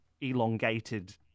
elongated